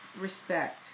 respect